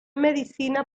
medicina